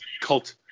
cult